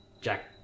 Jack